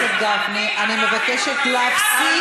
גפני, אני מבקשת להירגע.